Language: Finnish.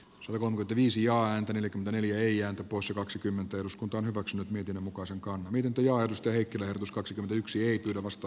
survo multivisioante neljäkymmentäneljä eija tapossa kaksikymmentä eduskunta on hyväksynyt mietinnön mukaisenakaan miten teloitusta heikkilä pus kaksi yksi eikä vasta